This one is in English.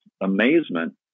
amazement